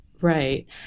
right